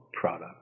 product